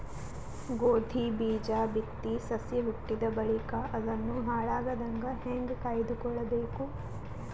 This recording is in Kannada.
ಗೋಧಿ ಬೀಜ ಬಿತ್ತಿ ಸಸಿ ಹುಟ್ಟಿದ ಬಳಿಕ ಅದನ್ನು ಹಾಳಾಗದಂಗ ಹೇಂಗ ಕಾಯ್ದುಕೊಳಬೇಕು?